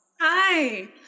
Hi